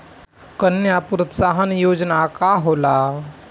कन्या प्रोत्साहन योजना का होला?